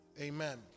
amen